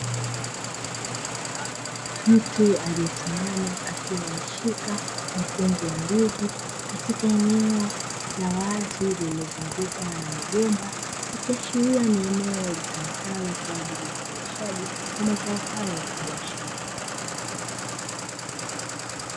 Mtu aliyesimama akiwa ameshika mkungu wa ndizi, katika eneo la wazi lililozungukwa na migomba, ikiashiria ni eneo litumikalo kwa ajili ya uzalishaji wa mazao hayo ya kibiashara.